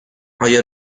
آیا